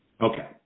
Okay